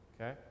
okay